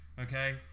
Okay